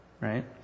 Right